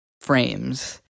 frames